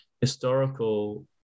historical